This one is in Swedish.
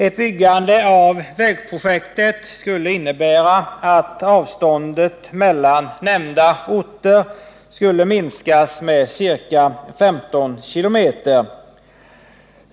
Ett byggande av vägen skulle innebära att avståndet mellan nämnda orter minskas med ca 15 km.